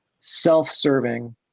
self-serving